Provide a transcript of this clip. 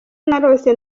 narose